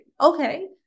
Okay